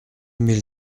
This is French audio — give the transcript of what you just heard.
mille